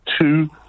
Two